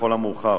לכל המאוחר,